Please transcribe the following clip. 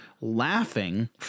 laughing